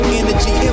energy